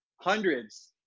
hundreds